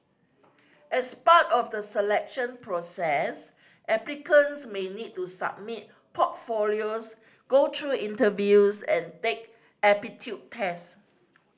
as part of the selection process applicants may need to submit portfolios go through interviews and take aptitude test